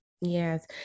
Yes